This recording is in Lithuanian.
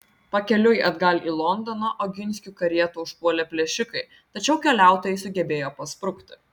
pakeliui atgal į londoną oginskių karietą užpuolė plėšikai tačiau keliautojai sugebėjo pasprukti